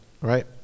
right